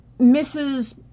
Mrs